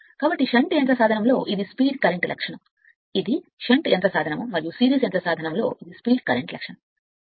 కాబట్టి ఉంటే అంటే షంట్ యంత్ర సాధనము లక్షణాలకు ఇది స్పీడ్ కరెంట్ లక్షణం ఇది షంట్ యంత్ర సాధనము కోసం మరియు సిరీస్ యంత్ర సాధనము కోసం ఇది కరెంట్ లక్షణాన్ని వేగవంతం చేస్తుంది